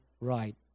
right